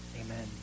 Amen